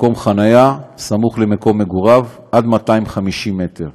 מקום חניה סמוך למקום מגוריו, עד 250 מטר.